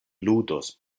ludos